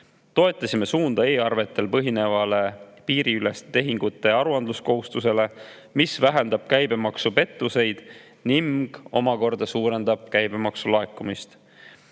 Toetasime e-arvetel põhineva piiriüleste tehingute aruandluskohustuse [loomist], mis vähendab käibemaksupettuseid ning omakorda suurendab käibemaksu laekumist.